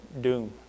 doom